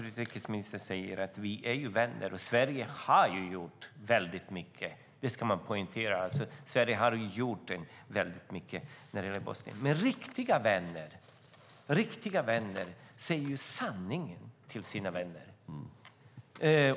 Utrikesministern säger i svaret att vi är vänner. Sverige har gjort väldigt mycket när det gäller Bosnien; det ska man poängtera. Men riktiga vänner säger sanningen till sina vänner.